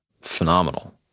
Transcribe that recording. Phenomenal